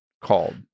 called